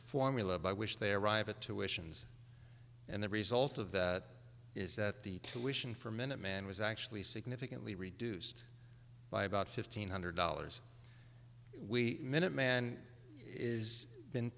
formula by which they arrive at tuitions and the result of that is that the commission for minuteman was actually significantly reduced by about fifteen hundred dollars we minuteman is been